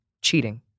cheating